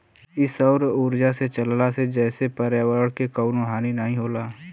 इ सौर उर्जा से चलला जेसे पर्यावरण के कउनो हानि नाही होला